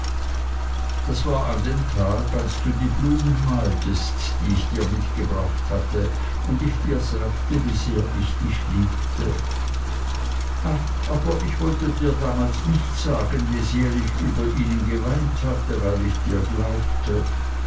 das war an dem tag als du die blumen maltest die ich dir mitgebracht hatte und dir sagte wie sehr ich dich liebte ach aber ich wollte dir damals nicht sagen wie sehr ich über ihnen geweint hatte weil ich dir glaubte